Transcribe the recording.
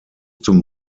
zum